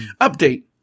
Update